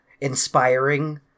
inspiring